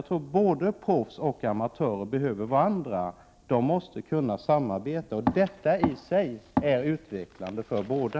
Jag tror att proffs och amatörer behöver varandra — de måste kunna samarbeta, och detta är i sig utvecklande för båda.